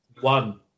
one